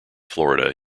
florida